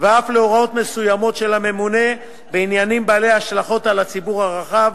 ואף להוראות מסוימות של הממונה בעניינים בעלי השלכות על הציבור הרחב,